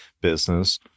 business